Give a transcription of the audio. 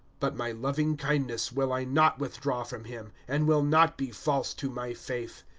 but my loving-kindness will i not withdraw from him, and will not be false to my faith.